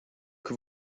que